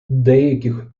деяких